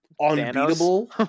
unbeatable